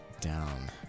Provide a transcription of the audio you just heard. down